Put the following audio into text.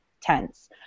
tense